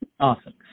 Awesome